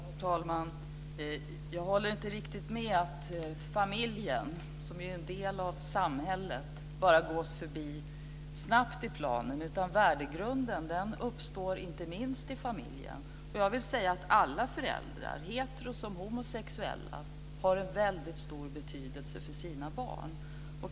Herr talman! Jag håller inte riktigt med om att familjen, som är en del av samhället, bara gås förbi snabbt i planen. Värdegrunden uppstår inte minst i familjen. Alla föräldrar, hetero som homosexuella, har en väldigt stor betydelse för sina barn.